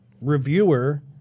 reviewer